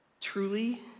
Truly